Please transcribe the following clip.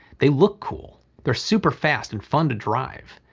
they look cool. they're super fast and fun to drive.